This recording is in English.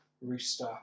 Rooster